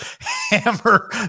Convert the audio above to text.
hammer